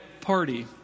party